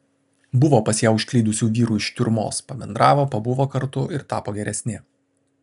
buvo pas ją užklydusių vyrų iš tiurmos pabendravo pabuvo kartu ir tapo geresni